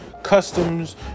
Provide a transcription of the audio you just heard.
customs